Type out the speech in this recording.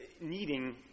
needing